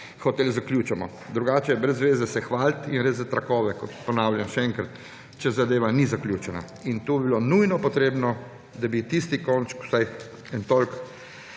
hotel zaključimo, drugače je brez zveze se hvaliti in rezati trakove, kot ponavljam še enkrat, če zadeva ni zaključena. To bi bilo nujno potrebno, da bi tisti konček, vsaj na